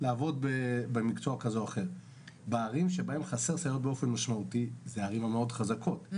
הערים שבהן חסרות סייעות באופן משמעותי הן הערים המאוד חזקות,